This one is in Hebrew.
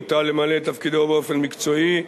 מוטל למלא את תפקידו באופן מקצועי,